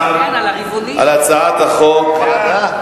על הצעת החוק.